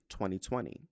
2020